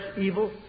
evil